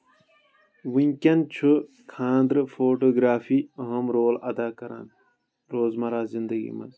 ؤنکیٚن چھُ خانٛدرٕ فوٹو گرافی أہم رول اَدا کران روزمرا زنٛدگی منٛز